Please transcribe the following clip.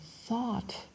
thought